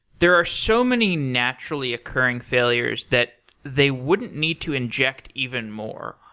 there are so many naturally occurring failures that they wouldn't need to inject even more.